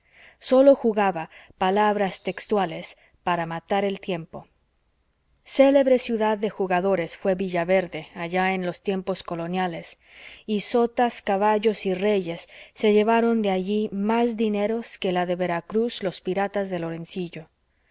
sus apuestas sólo jugaba palabras textuales para matar el tiempo célebre ciudad de jugadores fué villaverde allá en los tiempos coloniales y sotas caballos y reyes se llevaron de allí más dineros que de la veracruz los piratas de lorencillo